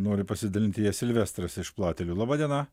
nori pasidalinti ja silvestras iš platelių laba diena